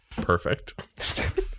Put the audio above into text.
Perfect